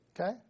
okay